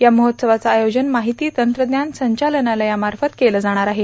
या महोत्सवाचं आयोजन माहिती तंत्रज्ञान संचालनालयामार्फत केलं जाणार आहे